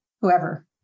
whoever